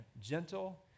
gentle